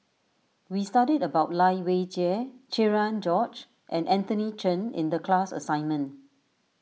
we studied about Lai Weijie Cherian George and Anthony Chen in the class assignment